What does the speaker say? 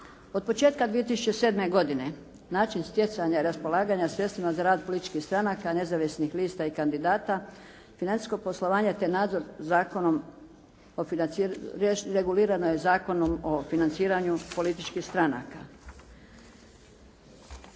Od početka 2007. godine način stjecanja i raspolaganja sredstvima za rad političkih stranaka, nezavisnih lista i kandidata, financijskog poslovanja, te nadzor zakonom regulirano je Zakonom o financiranju političkih stranaka.